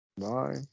Bye